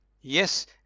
yes